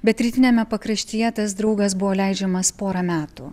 bet rytiniame pakraštyje tas draugas buvo leidžiamas porą metų